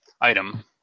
item